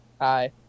Hi